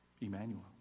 Emmanuel